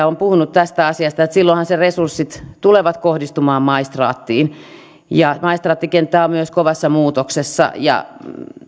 olen puhunut tästä asiasta että silloinhan ne resurssit tulevat kohdistumaan maistraattiin maistraattikenttä on myös kovassa muutoksessa ja